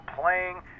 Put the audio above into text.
playing